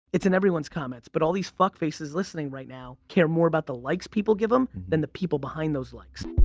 it's in everyone's comments, but all these fuck faces listening right now care more about the likes people give them, than the people behind those likes.